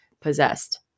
possessed